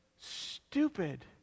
stupid